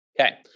Okay